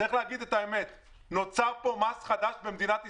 צריך להגיד את האמת: נוצר פה מס חדש במדינת ישראל,